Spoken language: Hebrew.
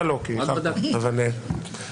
לאזרח ודין אחד לציבור.